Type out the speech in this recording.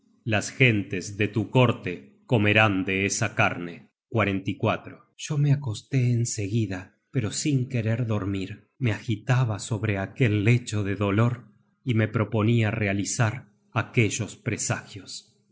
las gentes de tu corte comerán de esa carne yo me acosté en seguida pero sin querer dormir me agitaba sobre aquel lecho de dolor y me proponia realizar aquellos presagios